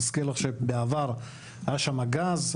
מזכיר לך שבעבר היה שם גז.